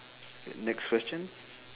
next question